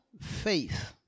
faith